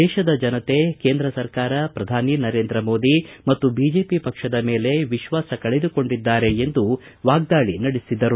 ದೇಶದ ಜನತೆ ಕೇಂದ್ರ ಸರ್ಕಾರ ಪ್ರಧಾನಿ ನರೇಂದ್ರ ಮೋದಿ ಮತ್ತು ಬಿಜೆಪಿ ಪಕ್ಷದ ಮೇಲೆ ವಿಶ್ವಾಸ ಕಳೆದುಕೊಂಡಿದ್ದಾರೆ ಎಂದು ವಾಗ್ದಾಳಿ ನಡೆಸಿದರು